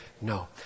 no